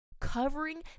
covering